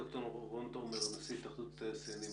ד"ר רון תומר, נשיא התאחדות התעשיינים,